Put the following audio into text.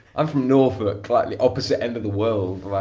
i'm from norfolk, like the opposite end of the world. like,